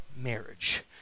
marriage